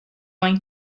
going